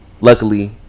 luckily